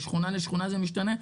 משכונה לשכונה זה משתנה.